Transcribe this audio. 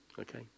Okay